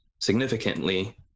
significantly